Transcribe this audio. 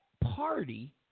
Party